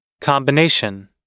Combination